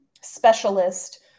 specialist